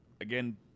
again